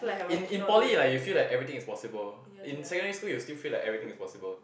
in in poly like you feel like everything is possible in secondary school you still feel like everything is possible